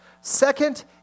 Second